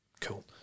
Cool